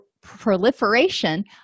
proliferation